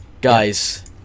guys